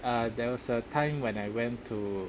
uh there was a time when I went to